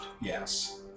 yes